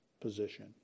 position